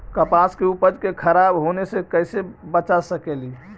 कपास के उपज के खराब होने से कैसे बचा सकेली?